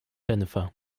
jennifer